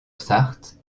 sarthe